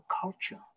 culture